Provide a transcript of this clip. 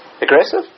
Aggressive